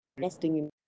resting